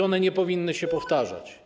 One nie powinny się powtarzać.